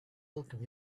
welcome